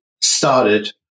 started